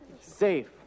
safe